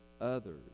others